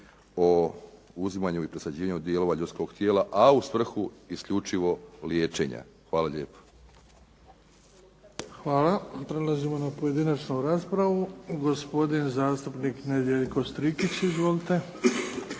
o uzimanju i presađivanju dijelova Nacionalnog tijela a u svrhu isključivo liječenja. Hvala lijepo. **Bebić, Luka (HDZ)** Hvala. Prelazimo na pojedinačnu raspravu. Gospodin zastupnik Nedjeljko Strikić. Izvolite.